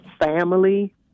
family